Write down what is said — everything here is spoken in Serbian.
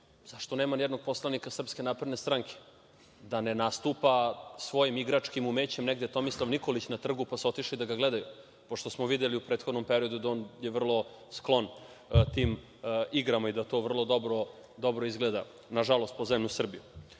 zašto nema nijednog poslanika SNS? Da ne nastupa svojim igračkim umećem negde Tomislav Nikolić na trgu, pa su otišli da ga gledaju, pošto smo videli u prethodnom periodu da je on vrlo sklon tim igrama i da to vrlo dobro izgleda, nažalost po zemlju Srbiju?